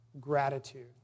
gratitude